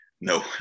No